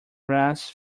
grass